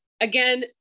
Again